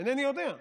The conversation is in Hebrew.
אינני יודע,